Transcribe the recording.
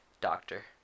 doctor